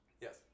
Yes